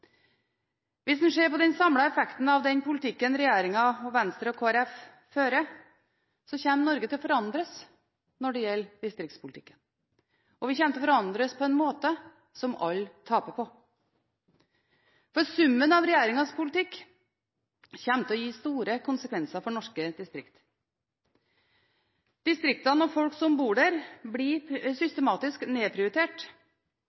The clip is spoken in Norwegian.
Hvis man ser på den samlede effekten av den politikken regjeringen, Venstre og Kristelig Folkeparti fører, kommer Norge til å forandres når det gjelder distriktspolitikken. Vi kommer til å forandres på en måte som alle taper på, for summen av regjeringens politikk kommer til å gi store konsekvenser for norske distrikt. Distriktene og folk som bor der, blir